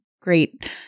great